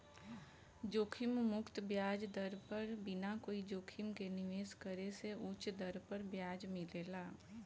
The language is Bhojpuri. जोखिम मुक्त ब्याज दर पर बिना कोई जोखिम के निवेश करे से उच दर पर ब्याज मिलेला